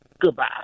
Goodbye